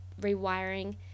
rewiring